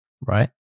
right